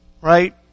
right